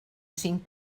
cinc